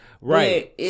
Right